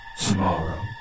Tomorrow